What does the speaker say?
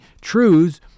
truths